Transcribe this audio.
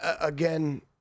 Again